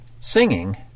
singing